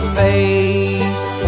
face